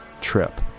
Trip